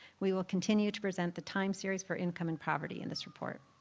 we will continue to present the time series for income and poverty in this report.